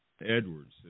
Edwards